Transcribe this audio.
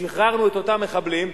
כששחררנו את אותם מחבלים,